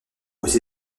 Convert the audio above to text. aux